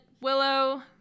Willow